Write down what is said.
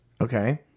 Okay